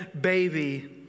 baby